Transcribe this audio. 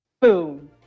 Boom